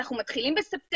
אנחנו מתחילים בספטמבר,